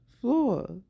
floor